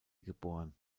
geboren